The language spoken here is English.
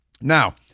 Now